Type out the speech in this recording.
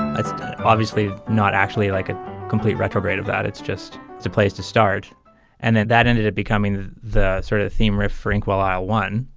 that's obviously not actually like a complete retrograde of that, it's just a place to start and then that ended up becoming the sort of theme refrain. well, i'll one.